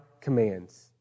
commands